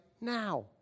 now